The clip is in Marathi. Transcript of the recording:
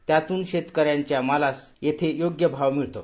त्यातून शेतकऱ्यांच्या मालास येथे योग्य भाव मिळतो